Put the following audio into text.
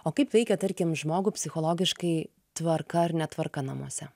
o kaip veikia tarkim žmogų psichologiškai tvarka ar netvarka namuose